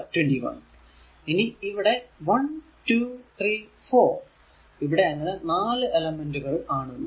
ഇനി ഇവിടെ 1 2 3 4 ഇവിടെ അങ്ങനെ 4 എലെമെന്റുകൾ ആണുള്ളത്